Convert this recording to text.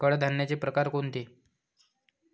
कडधान्याचे प्रकार कोणते?